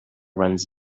runs